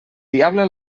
diable